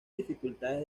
dificultades